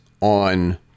on